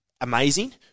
amazing